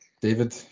David